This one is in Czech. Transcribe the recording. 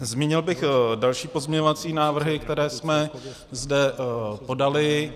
Zmínil bych další pozměňovací návrhy, které jsme zde podali.